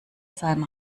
seinen